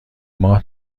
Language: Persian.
ماه